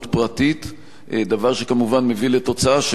דבר שכמובן מביא לתוצאה שמי שיש לו קרקע,